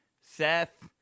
Seth